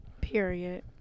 Period